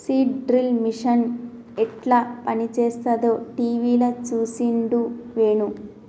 seed drill machine యెట్ల పనిచేస్తదో టీవీల చూసిండు వేణు